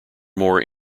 more